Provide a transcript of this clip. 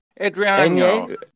Adriano